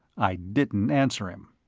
i didn't answer him.